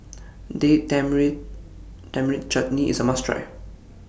Date Tamarind Chutney IS A must Try